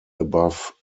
above